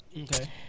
Okay